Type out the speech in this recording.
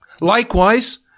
Likewise